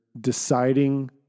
deciding